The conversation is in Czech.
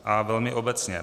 A velmi obecně.